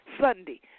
Sunday